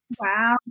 Wow